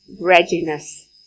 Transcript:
readiness